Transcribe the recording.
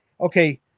okay